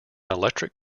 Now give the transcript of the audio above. electric